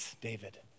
David